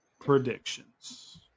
predictions